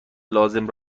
لازم